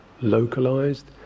localized